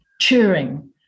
cheering